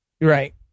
Right